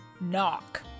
knock